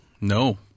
No